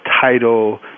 title